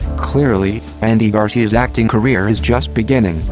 clearly, andy garcia's acting career is just beginning.